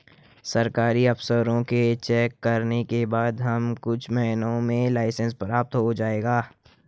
सरकारी अफसरों के चेक करने के बाद हमें कुछ महीनों में लाइसेंस प्राप्त हो जाएगा